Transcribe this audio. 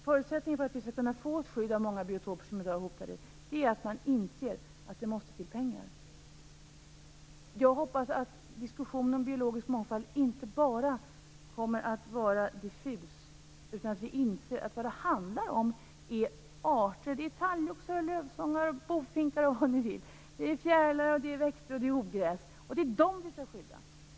Förutsättningen för att vi skall kunna få ett skydd av många biotoper som i dag är hotade är att man inser att det måste till pengar. Jag hoppas att diskussionen om biologisk mångfald inte bara kommer att vara diffus utan att vi inser att det handlar om arter - talgoxar, lövsångare, bofinkar och vad ni vill. Det är fjärilar, det är växter och det är ogräs. Det är dem vi skall skydda.